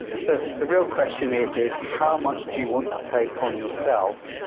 so the real question is, is how much do you want to take on yourself?